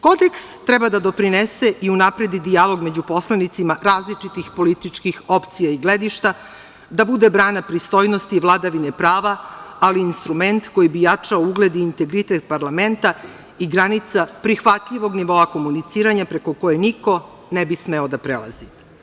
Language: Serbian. Kodeks treba da doprinese i unapredi dijalog među poslanicima različitih političkih opcija i gledišta, da bude brana pristojnosti i vladavine prava, ali i instrument koji bi jačao ugled i integritet parlamenta i granica prihvatljivog nivoa komuniciranja preko koje niko ne bi smeo da prelazi.